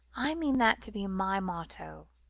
i mean that to be my motto,